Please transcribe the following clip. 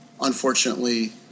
unfortunately